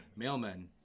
Mailmen